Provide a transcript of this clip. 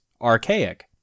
archaic